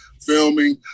filming